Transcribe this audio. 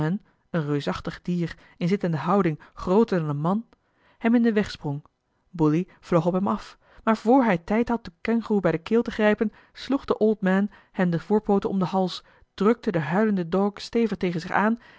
een reusachtig dier in zittende houding grooter dan een man hem in den weg sprong bully vloog op hem af maar voor hij tijd had den kengoeroe bij de keel te grijpen sloeg de old man hem de voorpooten om den hals drukte den huilenden dog stevig tegen zich aan